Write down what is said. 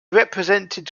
represented